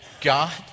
God